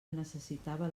necessitava